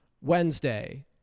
Wednesday